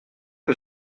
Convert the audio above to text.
que